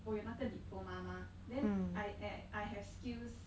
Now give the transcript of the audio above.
我有那个 diploma 吗 then I eh I have skills